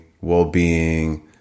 well-being